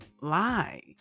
lie